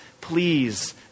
please